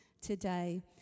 today